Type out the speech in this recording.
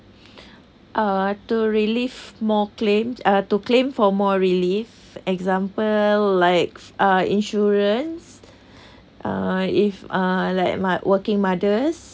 uh to relieve more claims uh to claim for more reliefs example like uh insurance uh if uh like my working mothers